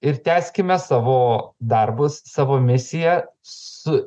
ir tęskime savo darbus savo misiją su